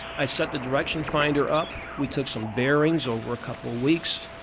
i set the direction finder up. we took some bearings over a couple of weeks,